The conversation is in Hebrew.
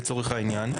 לצורך העניין,